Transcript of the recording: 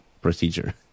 procedure